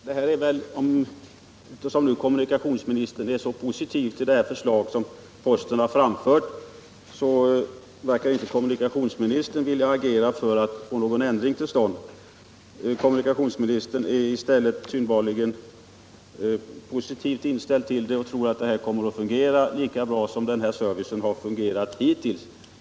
Herr talman! Kommunikationsministern verkar inte vilja agera för en ändring. Han är i stället synbarligen positivt inställd till det förslag som posten framlagt och tror att det här kommer att fungera lika bra som det fungerat hittills.